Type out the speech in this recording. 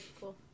cool